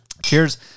Cheers